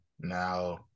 Now